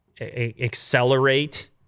accelerate